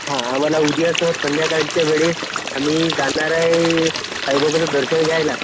हां आम्हाला उद्या सर संध्याकाळच्या वेळेस आम्ही जाणार आहे साईबाबाचं दर्शन घ्यायला